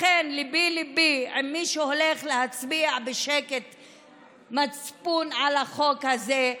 לכן ליבי ליבי על מי שהולך להצביע במצפון שקט על החוק הזה,